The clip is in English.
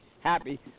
Happy